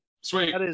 Sweet